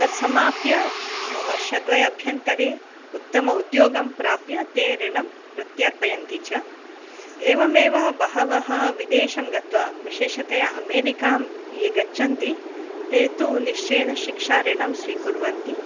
तस्समाप्य वर्षद्वयाभ्यन्तरे उत्तमम् उद्योगं प्राप्य ते ऋणं प्रत्यर्पयन्ति च एवमेव बहवः विदेशं गत्वा विशेषतया अमेरिकां ये गच्छन्ति ते तु निश्चयेन शिक्षाऋणं स्वीकुर्वन्ति